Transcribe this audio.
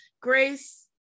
Grace